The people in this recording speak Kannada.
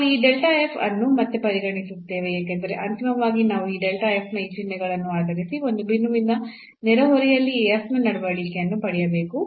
ನಾವು ಈ ಅನ್ನು ಮತ್ತೆ ಪರಿಗಣಿಸುತ್ತೇವೆ ಏಕೆಂದರೆ ಅಂತಿಮವಾಗಿ ನಾವು ಈ ನ ಈ ಚಿಹ್ನೆಗಳನ್ನು ಆಧರಿಸಿ ಒಂದು ಬಿಂದುವಿನ ನೆರೆಹೊರೆಯಲ್ಲಿ ಈ ನ ನಡವಳಿಕೆಯನ್ನು ಪಡೆಯಬೇಕು